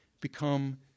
become